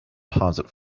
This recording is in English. deposit